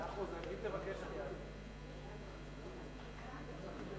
אדוני היושב-ראש, אני הייתי